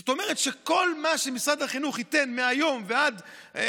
זאת אומרת שכל מה שמשרד החינוך ייתן מהיום ועד